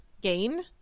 gain